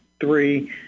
Three